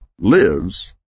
Lives